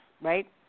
right